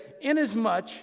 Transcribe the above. inasmuch